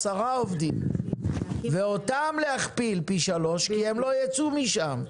עשרה עובדים ואותן להכפיל פי שלוש כדי שהן לא ייצאו משם,